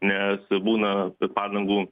nes būna padangų